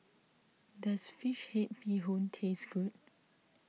does Fish Head Bee Hoon taste good